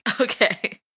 Okay